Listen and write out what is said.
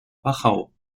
wachau